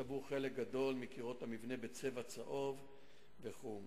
צבעו חלק גדול מקירות המבנה בצבע צהוב וחום.